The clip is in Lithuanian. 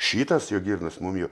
šitas jau girnas mum jau